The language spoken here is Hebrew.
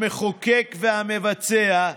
המחוקק והמבצע,